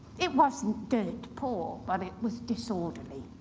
it wasn't dirt poor, but it was disorderly.